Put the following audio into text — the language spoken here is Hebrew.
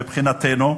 מבחינתנו,